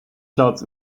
clouds